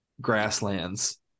grasslands